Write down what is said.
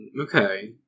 okay